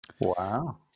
Wow